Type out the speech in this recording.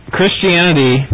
Christianity